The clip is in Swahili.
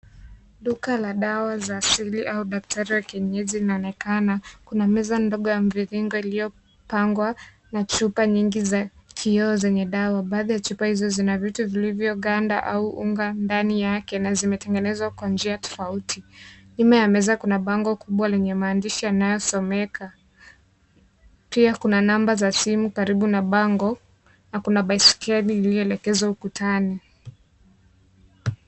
Duka la dawa za asili au daktari wa kienyeji inaonekana. Kuna meza ndogo ya mviringo iliyopangwa na chupa nyingi za kioo zenye dawa. Baadhi ya chupa hizo zina vitu vilivyoganda au unga ndani yake na vimetengenezwa kwa njia tofauti. Nyuma ya meza kuna bango kubwa lenye maandishi yanayosomeka. Pia kuna namba za simu karibu na bango na kuna baiskeli iliyoelekezwa ukutani.